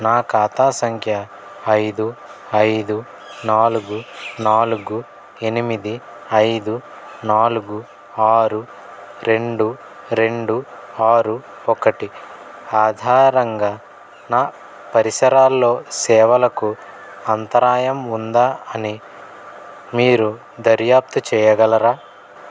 నా ఖాతా సంఖ్య ఐదు ఐదు నాలుగు నాలుగు ఎనిమిది ఐదు నాలుగు ఆరు రెండు రెండు ఆరు ఒకటి ఆధారంగా నా పరిసరాల్లో సేవలకు అంతరాయం ఉందా అని మీరు దర్యాప్తు చెయ్యగలరా